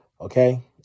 okay